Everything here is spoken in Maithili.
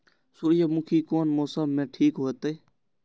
सूर्यमुखी कोन मौसम में ठीक होते?